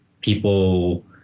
people